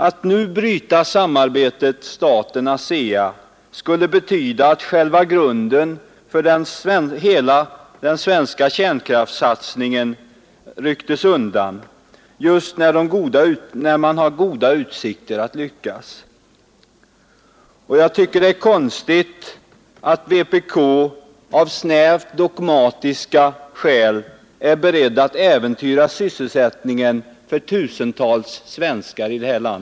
Att nu bryta samarbetet staten-ASEA skulle betyda att själva grunden för hela den svenska kärnkraftsatsningen rycktes undan just när man har goda utsikter att lyckas. Jag tycker att det är konstigt att vpk av snävt dogmatiska skäl är berett att äventyra sysselsättningen för tusentals svenskar.